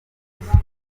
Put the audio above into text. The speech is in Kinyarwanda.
baturage